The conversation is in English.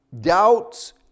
Doubts